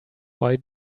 why